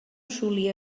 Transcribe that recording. solia